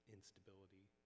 instability